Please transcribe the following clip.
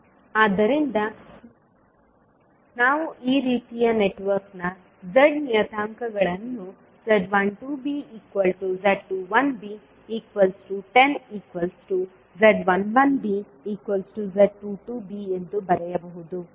ನೋಡಿ ಸ್ಲೈಡ್ ಸಮಯ 2439 ಆದ್ದರಿಂದ ನಾವು ಈ ರೀತಿಯ ನೆಟ್ವರ್ಕ್ನ Z ನಿಯತಾಂಕಗಳನ್ನು z12bz21b10z11bz22b ಎಂದು ಬರೆಯಬಹುದು